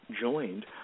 joined